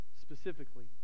specifically